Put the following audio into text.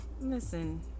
listen